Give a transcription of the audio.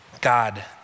God